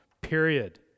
period